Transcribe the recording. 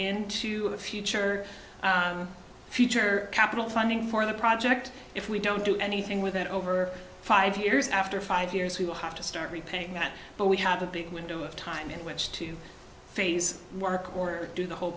into the future future capital funding for the project if we don't do anything with it over five years after five years we will have to start repaying that but we have a big window of time in which to phase work or do the whole